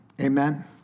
Amen